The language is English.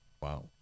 Wow